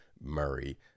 Murray